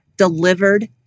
Delivered